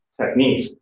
techniques